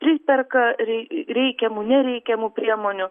priperka rei reikiamų nereikiamų priemonių